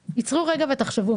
רגע, עצרו רגע ותחשבו.